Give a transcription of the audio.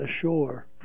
ashore